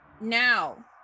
now